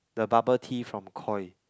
the bubble tea from Koi